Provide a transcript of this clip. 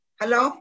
Hello